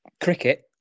cricket